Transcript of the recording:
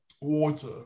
water